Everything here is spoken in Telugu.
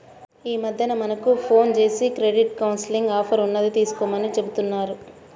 యీ మద్దెన మనకు ఫోన్ జేసి క్రెడిట్ కౌన్సిలింగ్ ఆఫర్ ఉన్నది తీసుకోమని చెబుతా ఉంటన్నారు